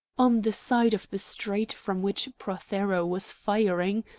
on the side of the street from which prothero was firing,